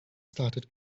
started